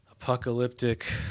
Apocalyptic